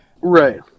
Right